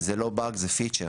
זה לא באג, זה פיצ'ר,